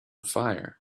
fire